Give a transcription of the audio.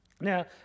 Now